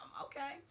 Okay